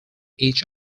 each